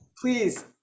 Please